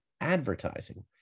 advertising